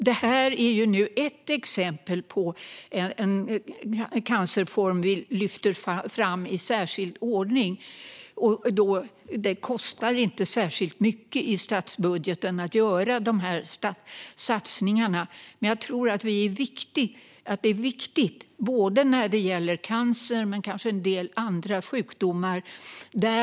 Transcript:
Detta är ett exempel på en cancerform som vi lyfter fram i särskild ordning. Det kostar inte särskilt mycket i statsbudgeten att göra de här satsningarna, men jag tror att det är viktigt både när det gäller cancer och när det gäller en del andra sjukdomar.